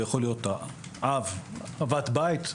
יכול להיות אב בית,